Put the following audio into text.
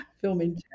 filming